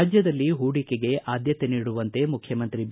ರಾಜ್ಯದಲ್ಲಿ ಹೂಡಿಕೆಗೆ ಆದ್ದತೆ ನೀಡುವಂತೆ ಮುಖ್ಯಮಂತ್ರಿ ಬಿ